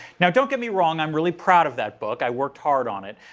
now don't get me wrong, i'm really proud of that book. i worked hard on it.